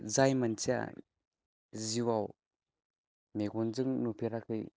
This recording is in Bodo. जाय मानसिया जिउआव मेगनजों नुफेराखै